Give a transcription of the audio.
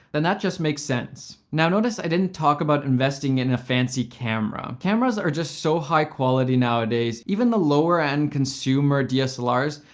then that just makes sense. now notice i didn't talk about investing in a fancy camera. camera. cameras are just so high-quality nowadays even the lower-end consumer dslrs,